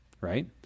Right